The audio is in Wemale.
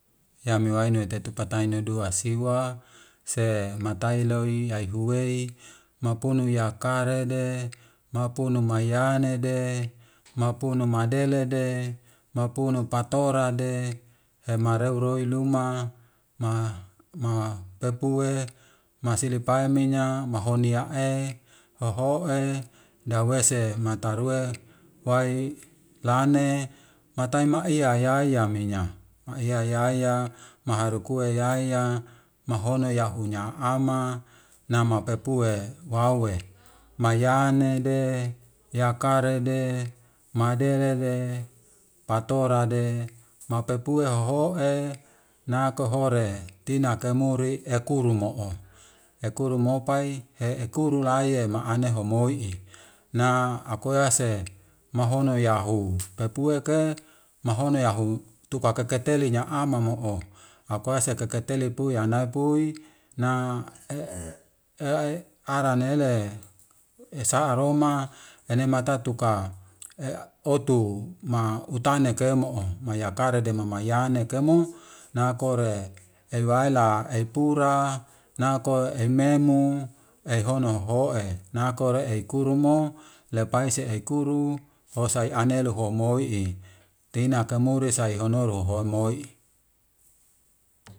Yame wainuetetu pataini dua siwa se matai loi haihuwei mapunu yakarede mapunu mayanede, mapunu madelede, mapunu patorade, hemareoroi luma ma ma pepue masili paiminya mahoni'ae hohoe dawese matarue wai lane mataima iyaya menya ma iyayaya, maharukue yaya mahonu yahunya ama nama pepeue wawe mayanede, yakarede, madelade, padorde, mapapue hohoe nakohore tinake muri ekuru mo'o ekurumo'o ekuru mopai ekuru laye maane hemoi'i na akuese mahono yahu pepueke, mahono yahu tupakeketeli nyama mo'o akuese keketele pue anepui na aranele esa'a roma ene mata tuka otu ma utaneke mo'o mayakarede mamayaneke mo nakore ewila epura nako ememu ehono hoe nakore ekurumo lepaise ekuru osai ane lohomai'i tenakemori sai honoro hoimoi'i.